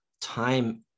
time